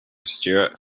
stewart